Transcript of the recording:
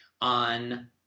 On